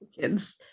kids